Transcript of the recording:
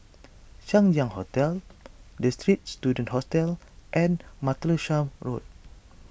Chang Ziang Hotel the Straits Students Hostel and Martlesham Road